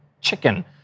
chicken